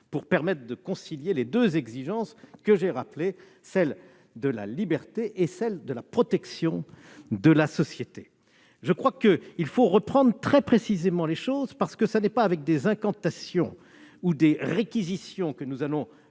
pour concilier les deux exigences que j'ai rappelées, celles de la liberté et de la protection de la société. Je crois nécessaire de reprendre très précisément les choses, parce que c'est non pas avec des incantations ou des réquisitions que nous répondrons